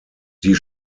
die